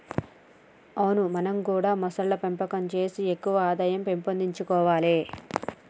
అవును మనం గూడా మొసళ్ల పెంపకం సేసి ఎక్కువ ఆదాయం పెంపొందించుకొవాలే